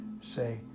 Say